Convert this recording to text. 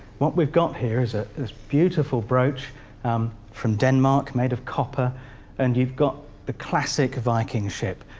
what we've got here is a beautiful brooch from denmark, made of copper and you've got the classic viking ship,